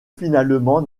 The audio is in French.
finalement